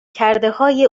کردههای